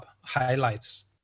highlights